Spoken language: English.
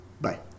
Bye